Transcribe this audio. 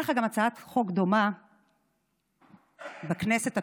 הייתה לך הצעת חוק דומה בכנסת התשע-עשרה,